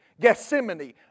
Gethsemane